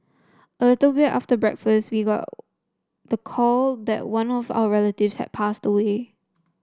a little bit after breakfast we got the call that one of our relatives have passed away